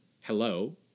hello